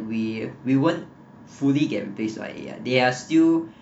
we won't fully get replaced by A_I they are still